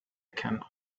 can